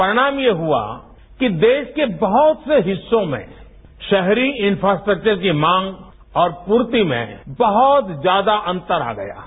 परिणाम यह हुआ कि देश के बहुत से हिस्सों में शहरी इंफ़ास्ट्रक्वर के मांग और पूर्ति में बहुत ज्यादा अंतर आ गया है